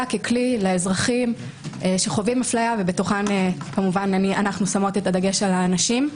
ככלי לאזרחים שחווים אפליה ובתוכם אנו שמות את הדגש על הנשים.